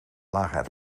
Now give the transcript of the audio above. lagen